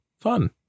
Fun